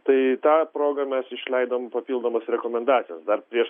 tai ta proga mes išleidom papildomas rekomendacijas dar prieš